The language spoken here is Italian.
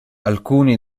alcuni